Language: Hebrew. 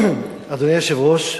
אדוני היושב-ראש,